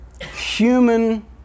human